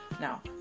Now